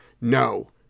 No